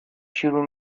شروع